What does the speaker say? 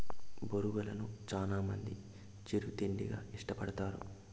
బొరుగులను చానా మంది చిరు తిండిగా ఇష్టపడతారు